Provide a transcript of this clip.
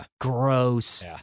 gross